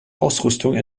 ausrüstung